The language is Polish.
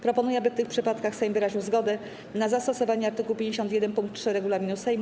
Proponuję, aby w tych przypadkach Sejm wyraził zgodę na zastosowanie art. 51 pkt 3 regulaminu Sejmu.